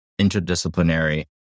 Interdisciplinary